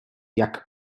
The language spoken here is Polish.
jak